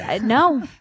no